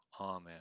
Amen